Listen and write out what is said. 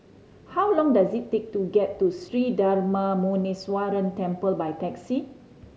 how long does it take to get to Sri Darma Muneeswaran Temple by taxi